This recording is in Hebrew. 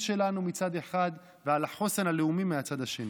שלנו מצד אחד ועל החוסן הלאומי מצד שני.